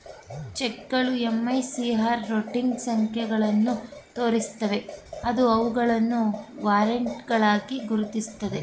ಚೆಕ್ಗಳು MICR routing ಸಂಖ್ಯೆಗಳನ್ನು ತೋರಿಸುತ್ತವೆ ಅದು ಅವುಗಳನ್ನು ವಾರೆಂಟ್ಗಳಾಗಿ ಗುರುತಿಸುತ್ತದೆ